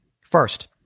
First